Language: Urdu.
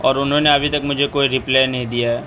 اور انہوں نے ابھی تک مجھے کوئی رپلائی نہیں دیا ہے